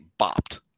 bopped